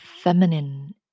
feminine